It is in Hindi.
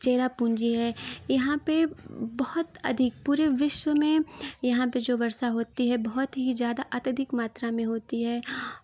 चेरापूँजी है यहाँ पे बहुत अधिक पूरे विश्व में यहाँ पे जो वर्षा होती है बहुत ही ज़्यादा अत्यधिक मात्रा में होती है